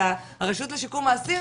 אלא הרשות לשיקום האסיר,